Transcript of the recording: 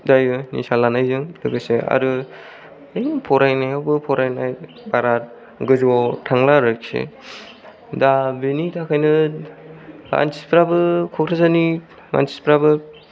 जायो निसा लानायजों लोगोसे आरो बे फरायनायावबो फरायनाय बारा गोजौआव थांला आरोखि दा बेनि थाखायनो मानसिफ्राबो क'क्राझारनि मानसिफ्राबो